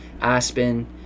Aspen